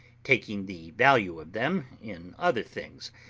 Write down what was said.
taking the value of them in other things,